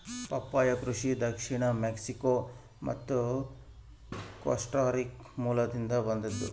ಪಪ್ಪಾಯಿ ಕೃಷಿ ದಕ್ಷಿಣ ಮೆಕ್ಸಿಕೋ ಮತ್ತು ಕೋಸ್ಟಾರಿಕಾ ಮೂಲದಿಂದ ಬಂದದ್ದು